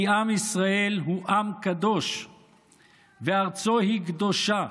כי עם ישראל הוא עם קדוש וארצו היא קדושה.